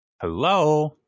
Hello